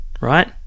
right